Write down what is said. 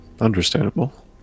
understandable